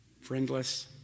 friendless